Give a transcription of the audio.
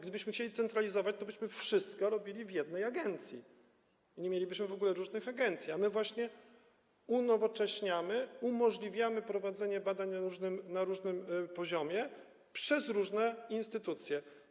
Gdybyśmy chcieli centralizować, tobyśmy wszystko robili w jednej agencji i nie mielibyśmy w ogóle różnych agencji, a my właśnie unowocześniamy, umożliwiamy prowadzenie badań na różnym poziomie przez różne instytucje.